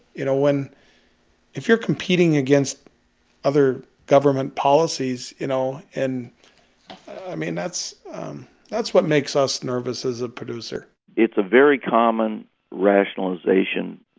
you know, when if you're competing against other government policies, you know and i mean, that's that's what makes us nervous as a producer it's a very common rationalization.